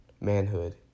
manhood